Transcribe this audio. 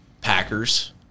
Packers